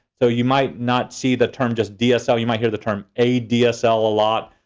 so you might not see that term just dsl. you might hear the term adsl a lot.